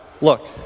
look